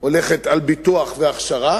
הולכת על ביטוח והכשרה.